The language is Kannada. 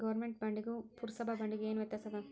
ಗವರ್ಮೆನ್ಟ್ ಬಾಂಡಿಗೂ ಪುರ್ಸಭಾ ಬಾಂಡಿಗು ಏನ್ ವ್ಯತ್ಯಾಸದ